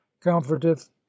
comforteth